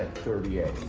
thirty eight.